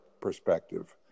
perspective